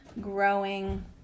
growing